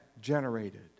generated